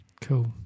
Cool